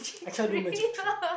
I cannot do magic trick